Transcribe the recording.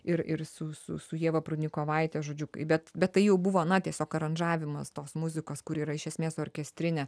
ir ir su su su ieva prudnikovaite žodžiu bet bet tai jau buvo na tiesiog aranžavimas tos muzikos kuri yra iš esmės orkestrinė